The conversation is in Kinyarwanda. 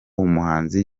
umuhanzi